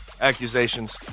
accusations